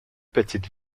petites